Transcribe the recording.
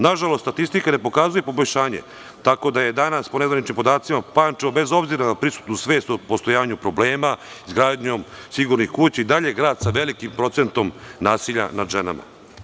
Nažalost, statistika ne pokazuje poboljšanje, tako da je danas, po nezvaničnim podacima, Pančevo, bez obzira na prisutnu svest o postojanju problema, izgradnjom sigurnih kuća, i dalje grad sa velikim procentom nasilja nad ženama.